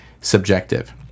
subjective